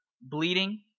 bleeding